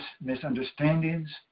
misunderstandings